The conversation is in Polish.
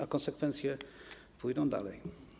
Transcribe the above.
A konsekwencje pójdą dalej.